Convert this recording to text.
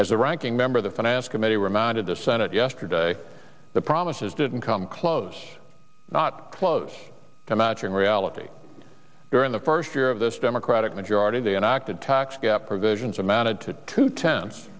as the ranking member of the finance committee reminded the senate yesterday the promises didn't come close not close to matching reality during the first year of this democratic majority they enacted tax gap provisions amounted to two ten